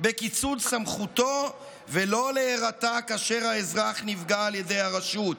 בקיצוץ סמכותו ולא להירתע כאשר האזרח נפגע על ידי הרשות.